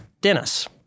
Dennis